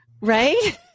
right